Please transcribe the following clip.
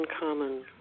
uncommon